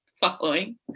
following